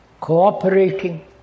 Cooperating